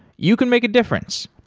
you can make a difference.